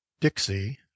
Dixie